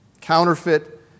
Counterfeit